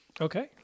Okay